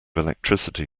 electricity